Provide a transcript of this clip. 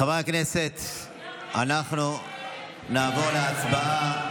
חברי הכנסת, אנחנו נעבור להצבעה.